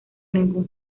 ningún